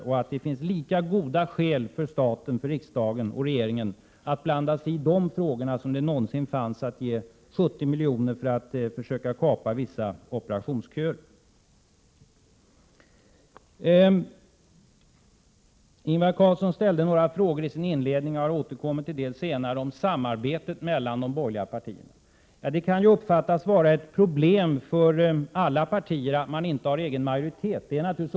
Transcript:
Vidare finns det lika goda skäl för staten, riksdagen och regeringen att blanda sig i de frågorna som det någonsin fanns när det gällde att ge 70 milj.kr. för att försöka kapa vissa operationsköer. Ingvar Carlsson ställde några frågor inledningsvis — jag återkommer till 27 dem senare — om samarbetet mellan de borgerliga partierna. Det kan ju uppfattas som ett problem för alla partier att man inte har egen majoritet.